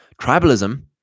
Tribalism